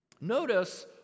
Notice